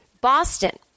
Boston